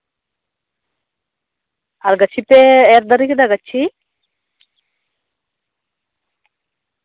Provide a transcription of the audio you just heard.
ᱟᱨ ᱜᱟᱹᱪᱷᱤ ᱯᱮ ᱮᱨ ᱫᱟᱲᱮ ᱟᱠᱟᱫᱟ ᱜᱟᱹᱪᱷᱤ